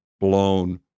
blown